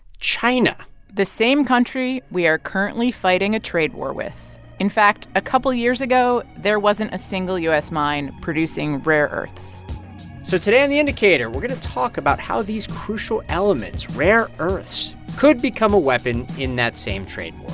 china the same country we are currently fighting a trade war with. in fact, a couple years ago, there wasn't a single u s. mine producing rare earths so today on the indicator, we're going to talk about how these crucial elements rare earths could become a weapon in that same trade war.